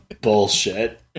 bullshit